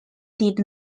did